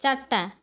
ଚାରିଟା